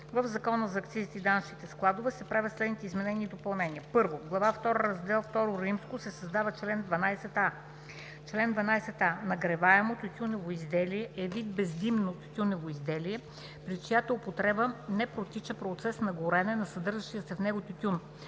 В Закона за акцизите и данъчните складове се правят следните изменения и допълнения: 1. В Глава втора, Раздел ІІ се създава чл. 12а: „Чл. 12а. „Нагреваемо тютюнево изделие“ е вид бездимно тютюнево изделие, при чиято употреба не протича процес на горене на съдържащия се в него тютюн,